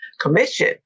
Commission